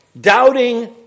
Doubting